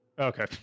okay